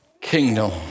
kingdom